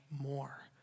more